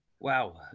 Wow